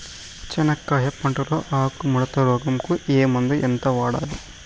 చెనక్కాయ పంట లో ఆకు ముడత రోగం కు ఏ మందు ఎంత వాడాలి?